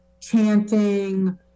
chanting